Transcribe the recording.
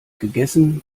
gegessen